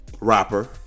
rapper